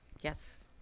Yes